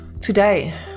today